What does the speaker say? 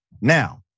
Now